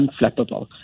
unflappable